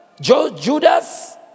Judas